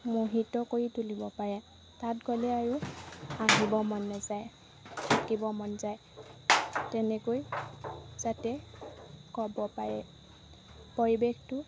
মোহিত কৰি তুলিব পাৰে তাত গ'লে আৰু আহিব মন নেযায় থাকিব মন যায় তেনেকৈ যাতে ক'ব পাৰে পৰিৱেশটো